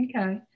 okay